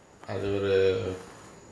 அது ஒரு:athu oru err